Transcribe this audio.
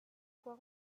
fois